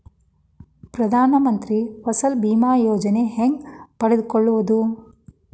ಪ್ರಧಾನ ಮಂತ್ರಿ ಫಸಲ್ ಭೇಮಾ ಯೋಜನೆ ಹೆಂಗೆ ಪಡೆದುಕೊಳ್ಳುವುದು?